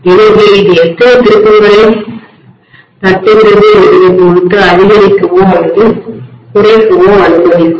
எனவே இது எத்தனை திருப்பங்களைத் தட்டுகிறது என்பதைப் பொறுத்து அதிகரிக்கவோ அல்லது குறைக்கவோ அனுமதிக்கும்